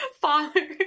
Father